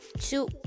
two